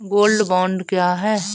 Gold bond क्या है?